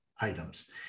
items